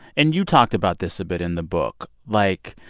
and you talked about this a bit in the book. like,